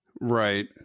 Right